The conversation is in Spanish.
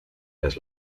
las